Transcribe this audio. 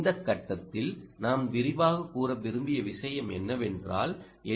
இந்த கட்டத்தில் நான் விரிவாகக் கூற விரும்பிய விஷயம் என்னவென்றால் எல்